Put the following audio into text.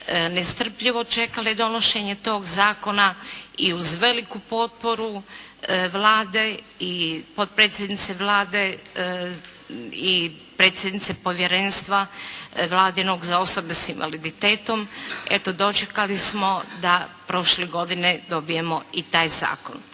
nestrpljivo čekale donošenje tog zakona i uz veliku potporu Vlade i potpredsjednice Vlade i predsjednice Povjerenstva Vladinog za osobe s invaliditetom, eto dočekali smo da prošle godine dobijemo i taj zakon.